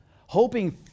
hoping